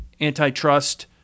antitrust